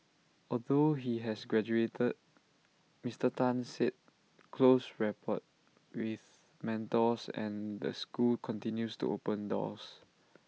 although he has graduated Mister Tan said close rapport with mentors and the school continues to open doors